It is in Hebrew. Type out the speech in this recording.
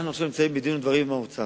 אנחנו עכשיו נמצאים בדין ודברים עם האוצר.